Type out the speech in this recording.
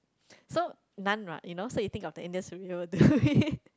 so naan right you know so you think of the Indian people who made